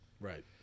Right